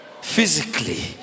physically